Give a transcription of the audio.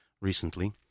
recently